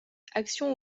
action